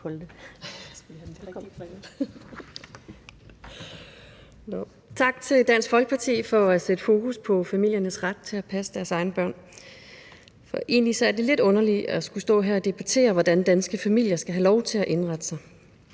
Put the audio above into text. Tak til Dansk Folkeparti for at sætte fokus på familiernes ret til at passe deres egne børn. Egentlig er det lidt underligt at skulle stå her og debattere, hvordan danske familier skal have lov til at indrette sig.